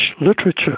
literature